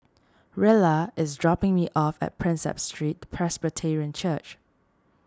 Rella is dropping me off at Prinsep Street Presbyterian Church